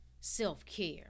Self-care